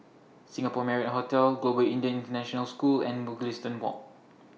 Singapore Marriott Hotel Global Indian International School and Mugliston Walk